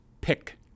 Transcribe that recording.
pick